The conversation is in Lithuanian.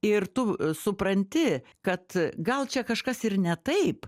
ir tu supranti kad gal čia kažkas ir ne taip